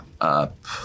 up